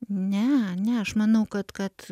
ne ne aš manau kad kad